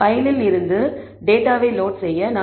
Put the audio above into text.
பைலில் இருந்து டேட்டாவை லோட் செய்ய நான்